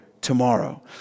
tomorrow